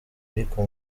ariko